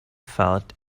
felt